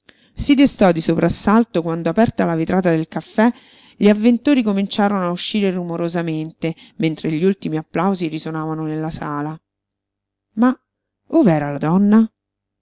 si destò di soprassalto quando aperta la vetrata del caffè gli avventori cominciarono a uscire rumorosamente mentre gli ultimi applausi risonavano nella sala ma ov'era la donna